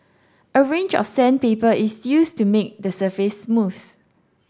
a range of sandpaper is used to make the surface smooth